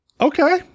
okay